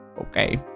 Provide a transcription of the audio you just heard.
okay